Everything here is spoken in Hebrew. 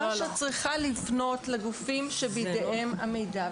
רש"א צריכה לפנות לגופים שבידיהם המידע.